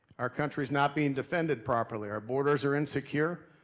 our country's not being defended properly, our borders are insecure,